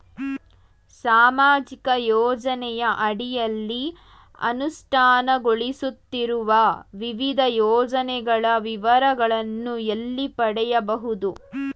ಸಾಮಾಜಿಕ ಯೋಜನೆಯ ಅಡಿಯಲ್ಲಿ ಅನುಷ್ಠಾನಗೊಳಿಸುತ್ತಿರುವ ವಿವಿಧ ಯೋಜನೆಗಳ ವಿವರಗಳನ್ನು ಎಲ್ಲಿ ಪಡೆಯಬಹುದು?